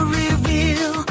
reveal